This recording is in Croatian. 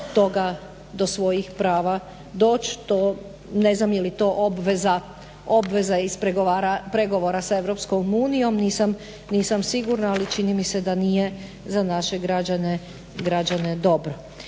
do svojih prava doći. To ne znam je li to obveza iz pregovora s EU, nisam sigurna ali čini mi se da nije za naše građane dobro.